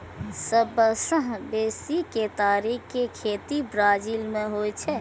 सबसं बेसी केतारी के खेती ब्राजील मे होइ छै